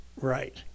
right